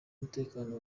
umutekano